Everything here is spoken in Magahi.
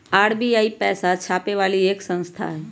आर.बी.आई पैसा छापे वाली एक संस्था हई